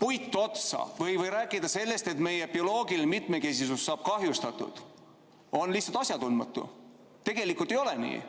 puit otsa, või rääkida, et meie bioloogiline mitmekesisus saab kahjustatud, siis see on lihtsalt asjatundmatu. Tegelikult ei ole nii.